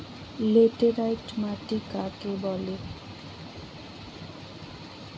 Laterite মাটি কাকে বলে?